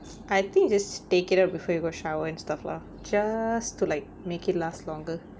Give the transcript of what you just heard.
I think just take it out before you go shower and stuff lah just to like make it last longer